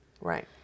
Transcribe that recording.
Right